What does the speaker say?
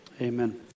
Amen